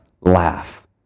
laugh